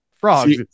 frogs